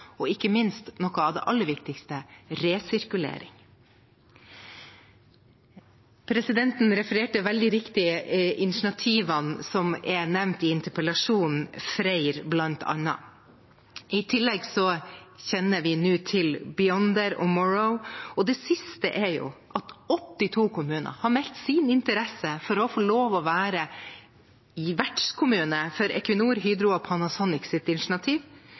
og ikke minst noe av det aller viktigste: resirkulering. Presidenten refererte veldig riktig initiativene som er nevnt i interpellasjonen, bl.a. FREYR. I tillegg kjenner vi nå til Beyonder og Morrow, og det siste er at 82 kommuner har meldt sin interesse for å få lov til å være vertskommune for Equinor, Hydro og Panasonics initiativ